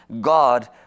God